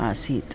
आसीत्